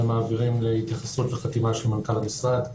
מעבירים להתייחסות וחתימה של מנכ"ל המשרד,